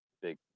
big